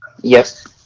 Yes